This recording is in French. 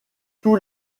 tous